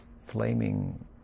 flaming